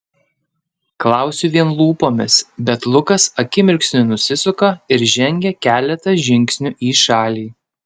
klausiu vien lūpomis bet lukas akimirksniu nusisuka ir žengia keletą žingsnių į šalį